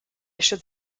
should